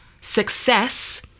success